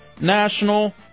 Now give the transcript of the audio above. National